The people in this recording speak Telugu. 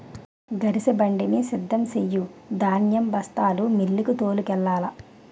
గరిసెబండిని సిద్ధం సెయ్యు ధాన్యం బస్తాలు మిల్లుకు తోలుకెల్లాల